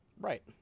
Right